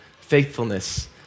faithfulness